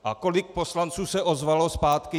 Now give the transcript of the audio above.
A kolik poslanců se ozvalo zpátky?